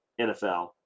NFL